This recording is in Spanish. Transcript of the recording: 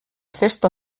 cesto